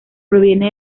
proviene